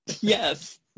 Yes